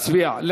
לא להצביע.